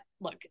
look